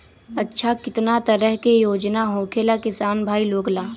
अच्छा कितना तरह के योजना होखेला किसान भाई लोग ला?